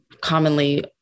commonly